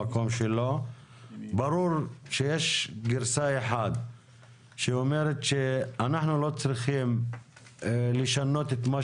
ברור שיש גרסה אחת שאומרת שאנחנו לא צריכים לשנות את מה